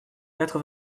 quatre